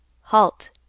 Halt